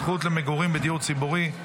זכות למגורים בדיור ציבורי),